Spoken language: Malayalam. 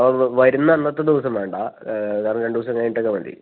ആ വെ വരുന്ന അന്നത്തെ ദിവസം വേണ്ടാ വേറെ രണ്ട് ദിവസം കഴിഞ്ഞിട്ടൊക്കെ മതി